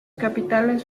capitales